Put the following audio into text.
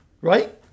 right